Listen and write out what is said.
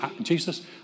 Jesus